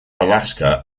alaska